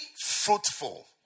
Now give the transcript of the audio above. fruitful